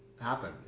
happen